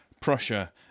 Prussia